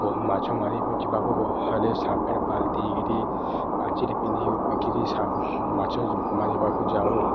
ବହୁ ମାଛ ମାରି ଯିବାକୁ ହେଲେ ସାର୍ଟ ପ୍ୟାଣ୍ଟ୍ ପାଲ୍ଟିକିରି ପାଞ୍ଚିରେ ପିନ୍ଧିକିରି ମାଛ ମାରିବାକୁ ଯାଉ